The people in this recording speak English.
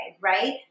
right